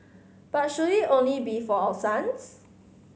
but should it only be for our sons